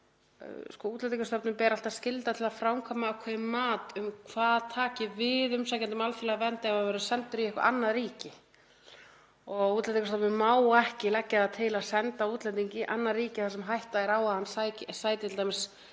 Útlendingastofnun beri alltaf skylda til að framkvæma ákveðið mat um hvað taki við umsækjanda um alþjóðlega vernd ef hann verður sendur í eitthvert annað ríki. Útlendingastofnun má ekki leggja það til að senda útlending í annað ríki þar sem hætta er á að hann sæti